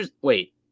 Wait